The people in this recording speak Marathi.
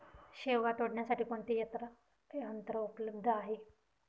शेवगा तोडण्यासाठी कोणते यंत्र उपलब्ध आहे?